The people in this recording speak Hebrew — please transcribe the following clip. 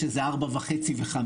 שזה 4.5 ו-5.